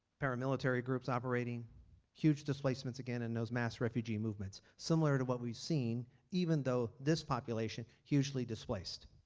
paramilitary groups operating huge displacements again in those mass refugee movements. similar to what we've seen even though this population hugely displaced.